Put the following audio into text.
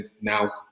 now